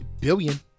billion